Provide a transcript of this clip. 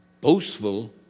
boastful